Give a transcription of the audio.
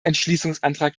entschließungsantrag